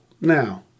now